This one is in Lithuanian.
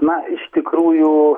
na iš tikrųjų